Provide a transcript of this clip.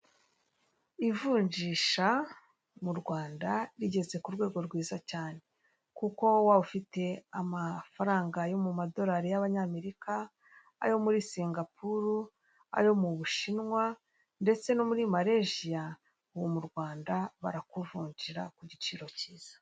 Ivunjisha mu Rwanda rigeze ku rwego rwiza cyane. Kuko waba ufite amafaranga yo mu madorari y'abanyamerika, ayo muri Singapuru, ayo mu Bushinwa, ndetse no muri Malejiya, ubu mu Rwanda barakuvunjira ku giciro cyiza.